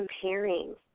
comparing